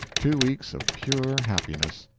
two weeks of pure happiness,